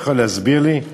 מישהו יכול להסביר לי?